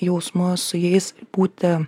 jausmus su jais būti